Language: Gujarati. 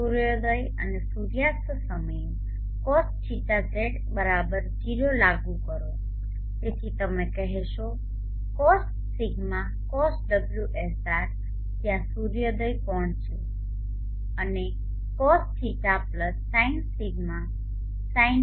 સૂર્યોદય અને સૂર્યાસ્ત સમયે CosθZ 0 લાગુ કરો તેથી તમે કહેશો Cosδ Cosωsr ત્યાં સૂર્યોદય કોણ છે અને Cosϕ Sin𝛿 Sinπϕ 0